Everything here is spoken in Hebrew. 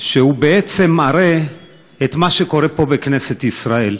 שבעצם מראה את מה שקורה פה בכנסת ישראל,